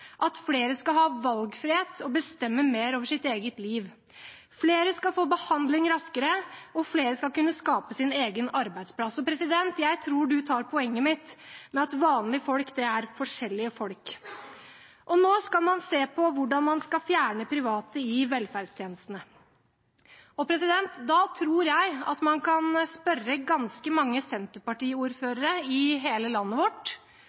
at flere skal ha valgfrihet og bestemme mer over sitt eget liv. Flere skal få behandling raskere, og flere skal kunne skape sin egen arbeidsplass. Og jeg tror presidenten tar poenget mitt: at vanlige folk er forskjellige folk. Nå skal man se på hvordan man skal fjerne private i velferdstjenestene. Da tror jeg at man kan spørre ganske mange Senterparti-ordførere i hele landet vårt